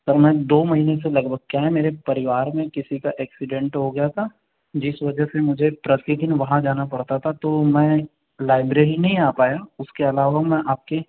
sir मैं दो महीने से लगभग क्या है मेरे परिवार में किसी का ऐक्सीडेंट हो गया था जिस वजह से मुझे प्रतिदिन वहाँ जाना पढ़ता था तो मैं लाइब्रेरी नहीं आ पाया उसके अलावा मैं आपके